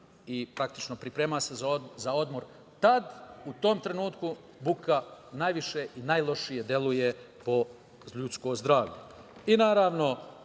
i praktično se priprema za odmor. Tada, u tom trenutku buka najviše i najlošije deluje po ljudsko zdravlje. Naravno,